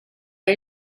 are